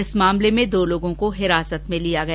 इस मामले में दो लोगों को हिरासत में लिया गया है